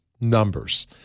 numbers